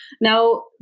Now